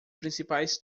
principais